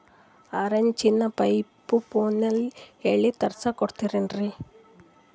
ಆರಿಂಚಿನ ಪೈಪು ಫೋನಲಿಂದ ಹೇಳಿ ತರ್ಸ ಕೊಡ್ತಿರೇನ್ರಿ?